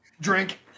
Drink